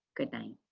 good day.